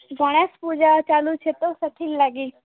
ଗଣେଶ ପୂଜା ଚାଲୁଛି ତ ସେଥିର ଲାଗି